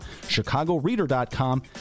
chicagoreader.com